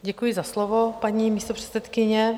Děkuji za slovo, paní místopředsedkyně.